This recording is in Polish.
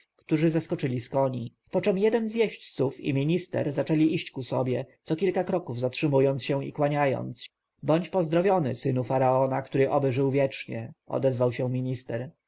którzy zeskoczyli z koni poczem jeden z jeźdźców i minister zaczęli iść ku sobie co kilka kroków zatrzymując się i kłaniając bądź pozdrowiony synu faraona który oby żył wiecznie odezwał się minister